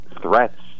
threats